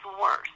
worse